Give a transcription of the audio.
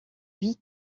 vie